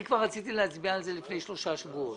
אני רציתי להצביע על זה כבר לפני שלושה שבועות.